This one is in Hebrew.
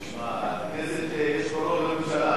תשמע, הכנסת, יש בה רוב לממשלה.